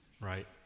right